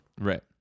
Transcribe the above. Right